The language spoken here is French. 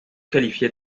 qualifiés